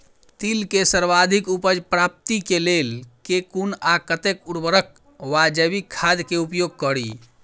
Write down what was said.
तिल केँ सर्वाधिक उपज प्राप्ति केँ लेल केँ कुन आ कतेक उर्वरक वा जैविक खाद केँ उपयोग करि?